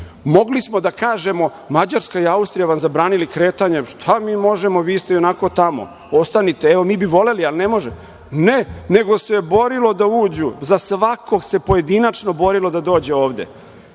Mogli smo da kažemo - Mađarska i Austrija vam zabranili kretanje, šta mi možemo, vi ste ionako tamo, ostanite, evo, mi bi voleli, ali ne može. Ne, nego se borilo da uđu. Za svakog se pojedinačno borilo da dođe